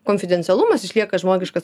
konfidencialumas išlieka žmogiškas